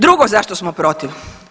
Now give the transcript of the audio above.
Drugo zašto smo protiv?